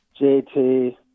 JT